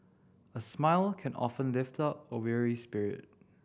a smile can often lift up a weary spirit